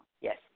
Yes